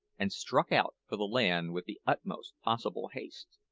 and struck out for the land with the utmost possible haste.